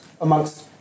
amongst